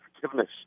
forgiveness